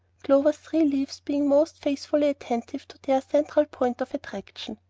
clover's three leaves being most faithfully attentive to their central point of attraction.